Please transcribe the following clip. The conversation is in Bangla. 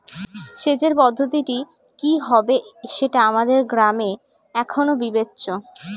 সেচের পদ্ধতিটি কি হবে সেটা আমাদের গ্রামে এখনো বিবেচ্য